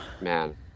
man